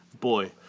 boy